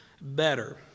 better